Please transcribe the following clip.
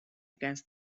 against